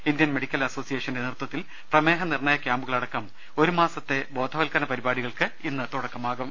Indian medical അസോസിയേഷന്റെ നേതൃത്വത്തിൽ പ്രമേഹനിർണയ ക്യാമ്പുകളടക്കം ഒരുമാസം നീണ്ടു നിൽക്കുന്ന ബോധവൽക്കരണ പരിപാടികൾക്ക് ഇന്ന് തുടക്കമാകും